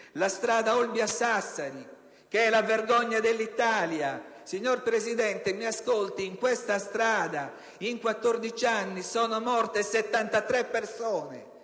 la strada Olbia-Sassari, che è la vergogna dell'Italia. Signor Presidente, in questa strada in 14 anni sono morte 73 persone.